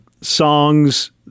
songs